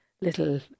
little